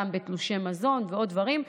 גם בתלושי מזון ובעוד דברים.